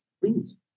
Please